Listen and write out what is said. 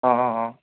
অঁ অঁ অঁ